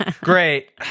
Great